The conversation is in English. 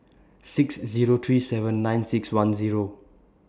six Zero three seven nine six one Zero